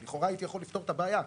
לכאורה הייתי יכול לפתור את הבעיה.